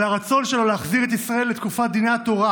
על הרצון שלו להחזיר את ישראל לתקופת דיני התורה,